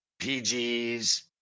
PG's